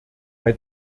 bei